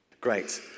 Great